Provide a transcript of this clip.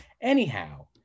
Anyhow